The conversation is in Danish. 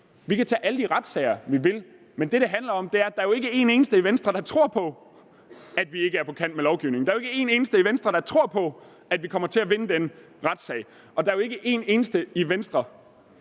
Vi kan tage alle de retssager, vi vil, men det, det handler om, er jo, at der ikke er en eneste i Venstre, der tror, at vi ikke er på kant med lovgivningen. Der er jo ikke en eneste i Venstre, der tror, at vi kommer til at vinde den retssag, og der er ikke en eneste i Venstre,